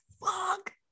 Fuck